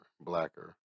blacker